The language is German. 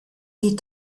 die